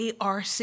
ARC